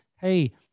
hey